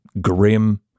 grim